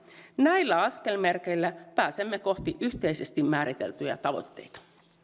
näillä askelmerkeillä pääsemme kohti yhteisesti määriteltyjä tavoitteita